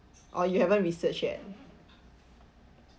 oh you haven't research yet